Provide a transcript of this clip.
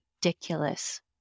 ridiculous